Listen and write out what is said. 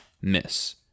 miss